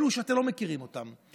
אלו שאתם לא מכירים אותם.